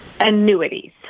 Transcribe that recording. Annuities